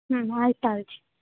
ಹ್ಞೂ ಆಯ್ತು ತಗೊಳ್ ರೀ